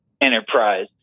enterprise